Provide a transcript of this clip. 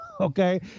okay